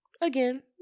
again